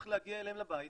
צריך להגיע אליהם הביתה,